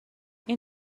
این